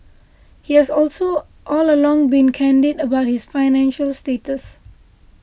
he has also all along been candid about his financial status